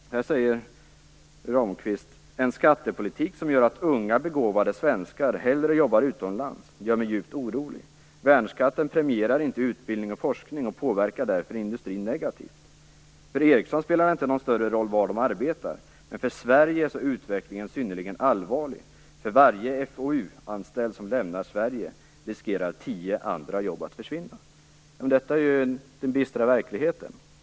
Så här säger Ramqvist: En skattepolitik som gör att unga begåvade svenskar hellre jobbar utomlands gör mig djupt orolig. Värnskatten premierar inte utbildning och forskning och påverkar därför industrin negativt. För Ericsson spelar det inte någon större roll var de arbetar, men för Sverige är utvecklingen synnerligen allvarlig. För varje FoU-anställd som lämnar Sverige riskerar tio andra jobb att försvinna. Detta är den bistra verkligheten.